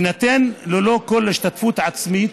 יינתן ללא כל השתתפות עצמית